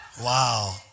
Wow